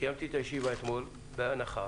קיימתי את הישיבה אתמול בהנחה,